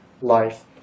life